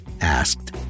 asked